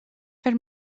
fer